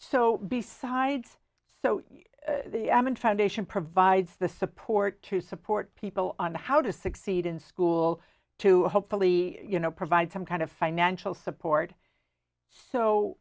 so besides so i mean foundation provides the support to support people on how to succeed in school to hopefully you know provide some kind of financial support so